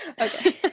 Okay